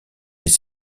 des